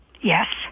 Yes